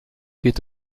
geht